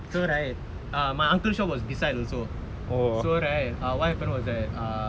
so right err my uncle shop was beside also so right eh what happened was that err